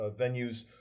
venues